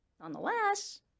Nonetheless